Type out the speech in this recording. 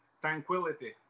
tranquility